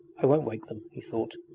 i won't wake them he thought.